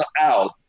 out